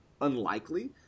unlikely